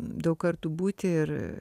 daug kartų būti ir